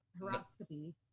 horoscopy